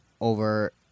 over